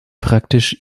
praktisch